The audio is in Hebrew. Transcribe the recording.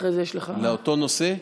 לאותו נושא?